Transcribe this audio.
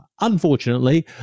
unfortunately